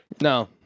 No